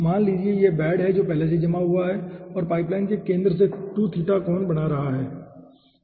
मान लीजिए कि यह बेड जो पहले से ही जमा हुआ है और पाइपलाइन के केंद्र से 2 थीटा कोण बना रहा है ठीक है